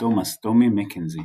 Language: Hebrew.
ותומאס "טומי" מקנזי.